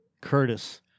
Curtis